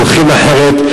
הולכים אחרת,